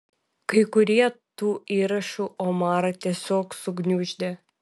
kai kurie tų įrašų omarą tiesiog sugniuždė